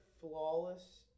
Flawless